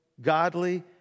godly